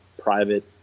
private